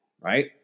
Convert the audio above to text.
right